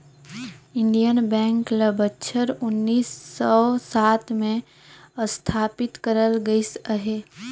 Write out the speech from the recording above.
Indian bank ल बछर उन्नीस सव सात में असथापित करल गइस अहे